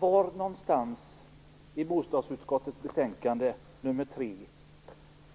Herr talman! Var i bostadsutskottets betänkande nr 3